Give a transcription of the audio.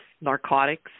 narcotics